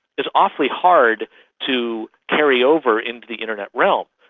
is awfully hard to carry over into the internet realm.